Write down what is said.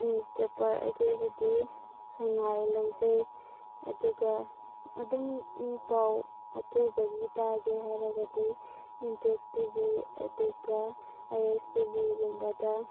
news paper ꯑꯩꯈꯣꯏꯒꯤꯗꯤ ꯁꯉꯥꯏ ꯂꯧꯖꯩ ꯑꯗꯨꯒ ꯑꯗꯨꯝ ꯏ ꯄꯥꯎ ꯑꯊꯨꯕꯒꯤ ꯇꯥꯒꯦ ꯍꯥꯏꯔꯒꯗꯤ ꯏꯝꯄꯦꯛ ꯇꯤꯕꯤ ꯑꯗꯨꯒ ꯑꯥꯏ ꯑꯦꯁ ꯇꯤꯕꯤꯒꯨꯝꯕꯗ